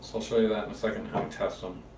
i'll show you that in a second how to test them.